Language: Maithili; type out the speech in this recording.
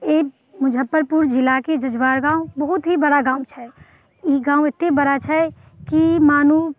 एक मुजफ्फरपुर जिलाके जजुआर गाम बहुत ही बड़ा गाम छै ई गाम एतेक बड़ा छै कि मानू